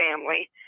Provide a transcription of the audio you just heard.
family